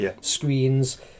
screens